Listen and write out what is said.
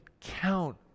count